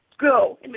Go